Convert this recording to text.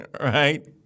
right